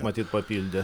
matyt papildė